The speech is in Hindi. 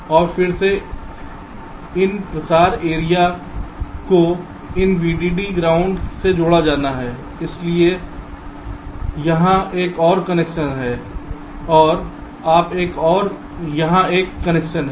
और फिर से इन प्रसार एरिया ों को इन VDD ग्राउंड से जोड़ा जाना है इसलिए यहां एक और कनेक्शन है और यहां एक और यहां एक कनेक्शन है